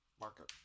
Marker